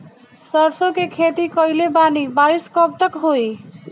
सरसों के खेती कईले बानी बारिश कब तक होई?